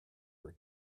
her